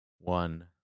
one